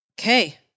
okay